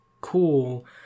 cool